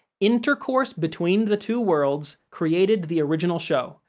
intercourse between the two worlds created the original show,